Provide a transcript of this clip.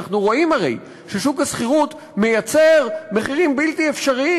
אנחנו רואים הרי ששוק השכירות מייצר מחירים בלתי אפשריים.